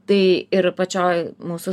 tai ir pačioj mūsų